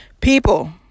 People